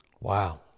Wow